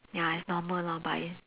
ya is normal lor but is